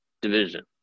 division